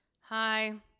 Hi